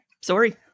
Sorry